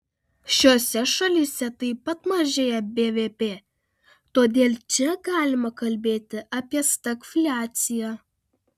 šiose šalyse taip pat mažėja bvp todėl čia galima kalbėti apie stagfliaciją